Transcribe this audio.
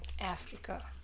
Africa